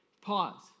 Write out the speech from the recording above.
Pause